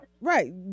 Right